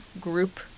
group